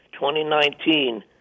2019